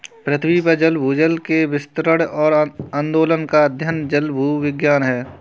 पृथ्वी पर जल भूजल के वितरण और आंदोलन का अध्ययन जलभूविज्ञान है